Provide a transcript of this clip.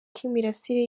k’imirasire